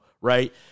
right